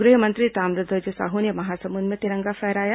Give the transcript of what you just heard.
गृह मंत्री ताम्रध्वज साहू ने महासमुंद में तिरंगा फहराया